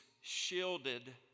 Shielded